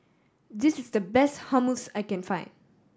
this is the best Hummus I can find